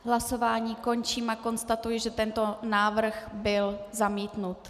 Hlasování končím a konstatuji, že tento návrh byl zamítnut.